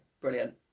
brilliant